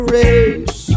race